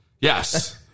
Yes